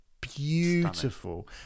beautiful